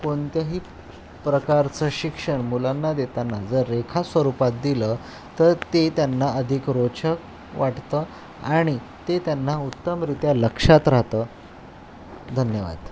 कोणत्याही प्रकारचं शिक्षण मुलांना देताना जर रेखा स्वरूपात दिलं तर ते त्यांना अधिक रोचक वाटतं आणि ते त्यांना उत्तमरित्या लक्षात राहतं धन्यवाद